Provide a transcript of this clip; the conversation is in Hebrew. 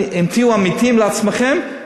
אם תהיו אמיתיים לעצמכם,